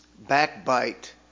backbite